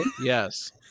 yes